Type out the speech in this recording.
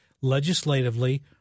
legislatively